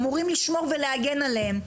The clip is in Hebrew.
אמורים לשמור ולהגן עליהם?